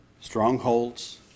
strongholds